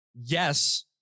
Yes